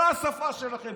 זו השפה שלכם,